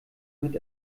mit